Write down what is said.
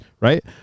Right